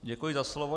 Děkuji za slovo.